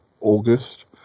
August